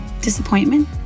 disappointment